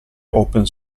open